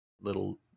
little